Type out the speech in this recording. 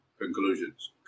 conclusions